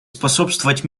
способствовать